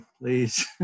please